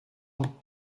ans